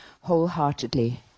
wholeheartedly